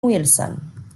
wilson